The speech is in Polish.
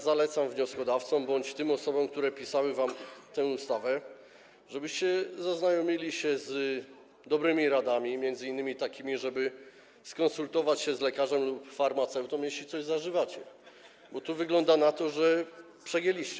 Zalecam wnioskodawcom bądź tym osobom, które pisały wam tę ustawę, żebyście zaznajomili się z dobrymi radami, m.in. takimi, żeby skonsultować się z lekarzem lub farmaceutą, jeśli coś zażywacie, bo wygląda na to, że z czymś przegięliście.